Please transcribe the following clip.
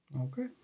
Okay